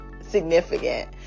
significant